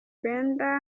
benda